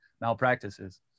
malpractices